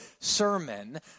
sermon